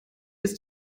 ist